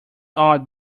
odd